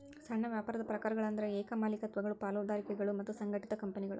ಸಣ್ಣ ವ್ಯಾಪಾರದ ಪ್ರಕಾರಗಳಂದ್ರ ಏಕ ಮಾಲೇಕತ್ವಗಳು ಪಾಲುದಾರಿಕೆಗಳು ಮತ್ತ ಸಂಘಟಿತ ಕಂಪನಿಗಳು